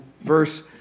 verse